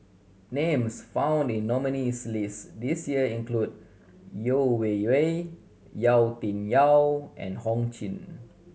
names found in the nominees' list this year include Yeo Wei Wei Yau Tian Yau and Ho Ching